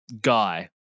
guy